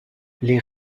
les